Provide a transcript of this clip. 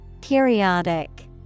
Periodic